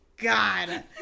God